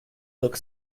look